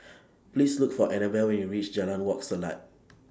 Please Look For Anabel when YOU REACH Jalan Wak Selat